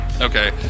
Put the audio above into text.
okay